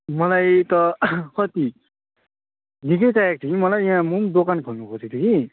मलाई त कति निकै चाहिएको थियो कि मलाई यहाँ म पनि दोकान खोल्न खोजेक थिएँ कि